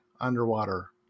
underwater